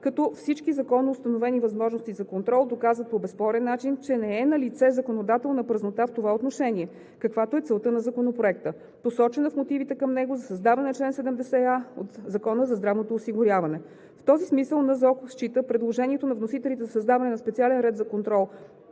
като всички законоустановени възможности за контрол доказват по безспорен начин, че не е налице законодателна празнота в това отношение, каквато е целта на Законопроекта, посочена в мотивите към него, за създаване на чл. 70а от 3акона за здравното осигуряване. В този смисъл НЗОК счита предложението на вносителите за създаване на специален ред за контрол